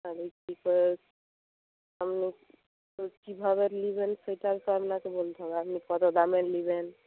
এবারে কী করে আপনি কীভাবে নেবেন সেটাও তো আপনাকে বলতে হবে আপনি কত দামের নেবেন